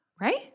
Right